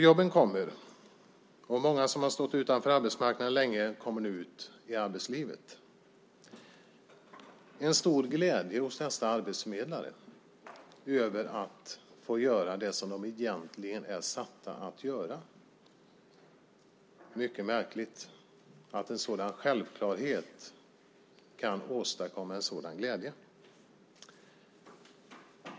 Jobben kommer, och många som har stått utanför arbetsmarknaden länge kommer nu ut i arbetslivet. Det är en stor glädje hos dessa arbetsförmedlare över att få göra det som de egentligen är satta att göra. Det är mycket märkligt att en sådan självklarhet kan åstadkomma en sådan glädje.